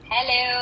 Hello